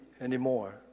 anymore